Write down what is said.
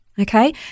Okay